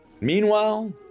Meanwhile